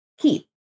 keep